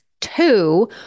Two